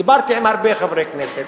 דיברתי עם הרבה חברי כנסת,